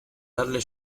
darle